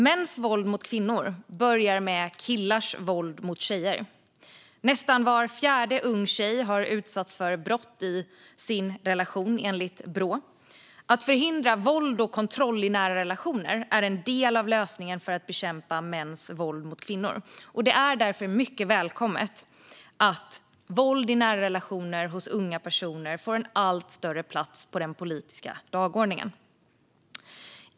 Mäns våld mot kvinnor börjar med killars våld mot tjejer. Nästan var fjärde ung tjej har utsatts för brott i sin relation, enligt Brå. Att förhindra våld och kontroll i nära relationer är en del av lösningen för att bekämpa mäns våld mot kvinnor. Det är därför mycket välkommet att våld i nära relationer när det gäller unga personer får en allt större plats på den politiska dagordningen.